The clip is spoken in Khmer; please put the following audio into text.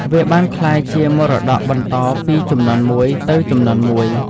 វាបានក្លាយជាមរតកបន្តពីជំនាន់មួយទៅជំនាន់មួយ។